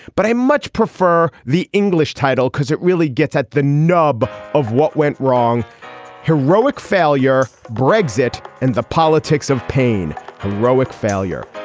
but i much prefer the english title because it really gets at the nub of what went wrong heroic failure. brexit and the politics of pain. heroic failure.